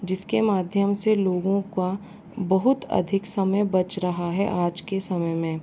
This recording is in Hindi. जिस के माध्यम से लोगों का बहुत अधिक समय बच रहा है आज के समय में